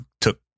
took